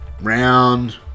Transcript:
Round